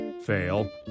fail